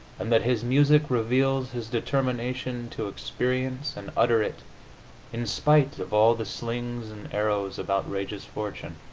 and that his music reveals his determination to experience and utter it in spite of all the slings and arrows of outrageous fortune.